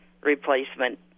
replacement